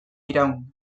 iraun